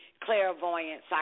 clairvoyance